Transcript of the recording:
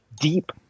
deep